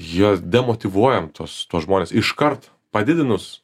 juos demotyvuojam tuos tuos žmones iškart padidinus